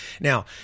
Now